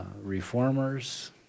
reformers